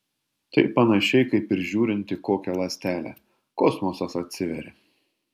tai panašiai kaip ir žiūrint į kokią ląstelę kosmosas atsiveria